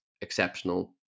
exceptional